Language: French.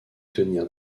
tenir